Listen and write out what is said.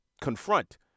confront